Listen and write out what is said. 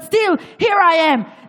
But still here I am.